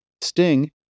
Sting